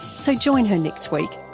so join her next week.